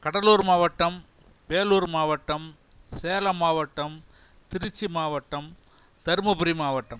கடலூர் மாவட்டம் வேலூர் மாவட்டம் சேலம் மாவட்டம் திருச்சி மாவட்டம் தருமபுரி மாவட்டம்